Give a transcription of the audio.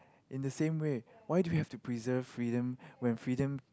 in the same way why do we have to preserve freedom when freedom